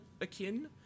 akin